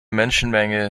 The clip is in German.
menschenmenge